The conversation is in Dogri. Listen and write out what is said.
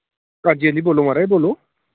हां जी म्हाराज बोलो बोलो